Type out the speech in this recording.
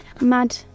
mad